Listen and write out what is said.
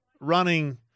running